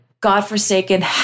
godforsaken